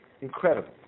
incredible